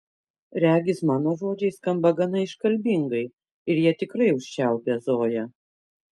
regis mano žodžiai skamba gana iškalbingai ir jie tikrai užčiaupia zoją